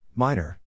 Minor